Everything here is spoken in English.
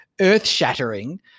earth-shattering